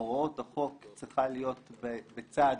הוראות החוק צריכות להיות בצד